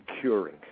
curing